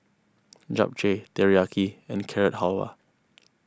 Japchae Teriyaki and Carrot Halwa